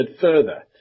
further